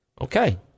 Okay